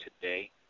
today